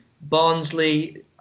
Barnsley